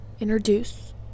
introduce